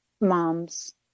moms